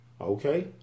okay